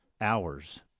hours